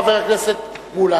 חבר הכנסת מולה.